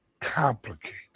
complicated